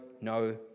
no